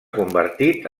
convertit